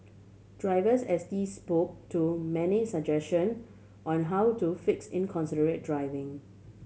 drivers S T spoke to many suggestion on how to fix inconsiderate driving